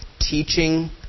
teaching